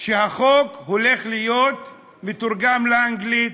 שהחוק הולך להיות מתורגם לאנגלית,